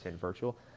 virtual